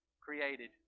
Created